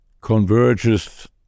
converges